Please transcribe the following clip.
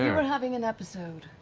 yeah were having an episode.